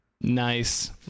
Nice